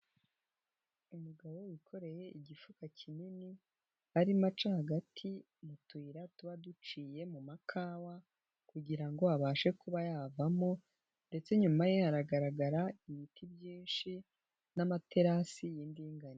Umugabo wikoreye igifuka kinini, arimo aca hagati mu tuyira tuba duciye mu makawa, kugira ngo abashe kuba yavamo ndetse inyuma ye haragaragara ibiti byinshi n'amaterasi y'indinganire.